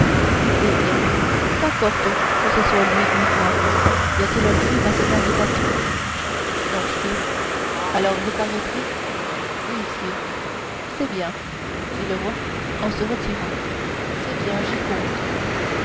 eh bien qu'importe que ce soit lui ou moi y a-t-il un crime à cette invitation non sire alors vous paraîtrez oui sire c'est bien dit le roi en se retirant c'est bien j'y compte